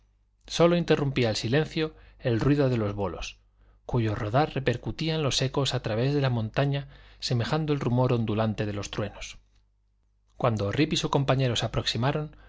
sólo interrumpía el silencio el ruido de los bolos cuyo rodar repercutían los ecos a través de la montaña semejando el rumor ondulante de los truenos cuando rip y su compañero se aproximaron los